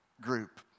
group